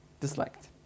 Disliked